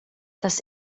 tas